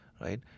right